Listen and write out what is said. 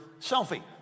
selfie